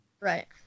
Right